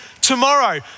tomorrow